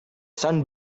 sun